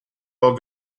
all